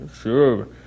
sure